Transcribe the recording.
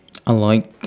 I like